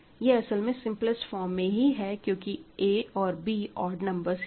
यह असल में सिंपलेस्ट फॉर्म में ही है क्योंकि a और b ओड नंबर्स ही हैं